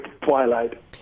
Twilight